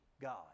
God